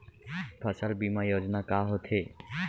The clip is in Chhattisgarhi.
फसल बीमा योजना का होथे?